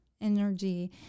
energy